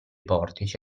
portici